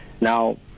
Now